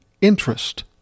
interest